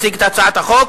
יציג את הצעת החוק